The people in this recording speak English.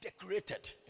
decorated